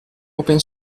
open